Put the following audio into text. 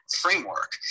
framework